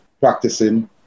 practicing